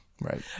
Right